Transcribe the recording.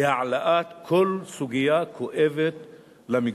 בהעלאת כל סוגיה כואבת למגזר.